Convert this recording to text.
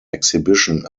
exhibition